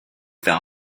faire